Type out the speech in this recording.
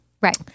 Right